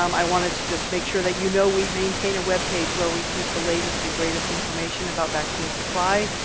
um i wanted to just make sure that you know, we maintain a webpage where we keep the latest and greatest information about vaccine supply.